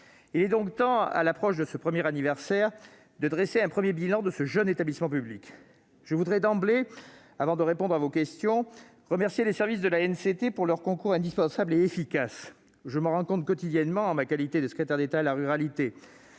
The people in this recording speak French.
Il est donc temps, à l'approche de ce premier anniversaire, de dresser un premier bilan de ce jeune établissement public. Je voudrais d'emblée, avant de répondre à vos questions, remercier les services de l'ANCT de leur concours indispensable et efficace, dont je me rends compte quotidiennement en ma qualité de secrétaire d'État à la ruralité.